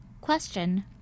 Question